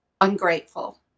ungrateful